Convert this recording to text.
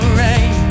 rain